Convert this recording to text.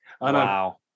wow